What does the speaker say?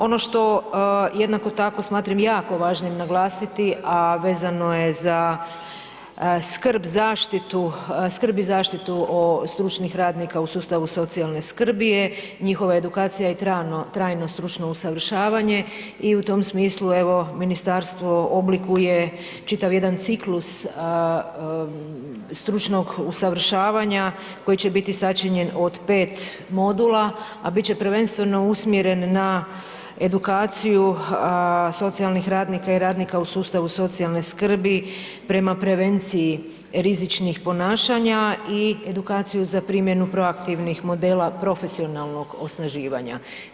Ono što jednako tako smatram jako važnim naglasiti, a vezano je za skrb i zaštitu stručnih radnika u sustavu socijalne skrbi je njihova edukacija i trajno stručno usavršavanje i u tom smislu, evo, ministarstvo oblikuje čitav jedan ciklus stručnog usavršavanja koji će biti sačinjen od 5 modula, a bit će prvenstveno usmjeren na edukaciju socijalnih radnika i radnika u sustavu socijalne skrbi prema prevenciji rizičnih ponašanja i edukaciju za primjenu proaktivnih modela profesionalnog osnaživanja.